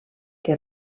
que